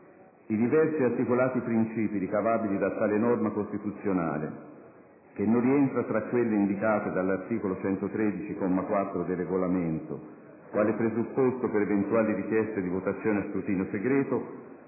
I diversi ed articolati principi ricavabili da tale norma costituzionale - che non rientra tra quelle indicate dall'articolo 113, comma 4, del Regolamento, quale presupposto per eventuali richieste di votazioni a scrutinio segreto